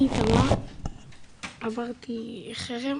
אני איתמר, עברתי חרם